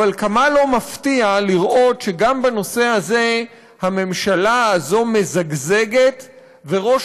אבל כמה לא מפתיע לראות שגם בנושא הזה הממשלה הזו מזגזגת וראש